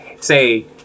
say